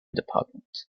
department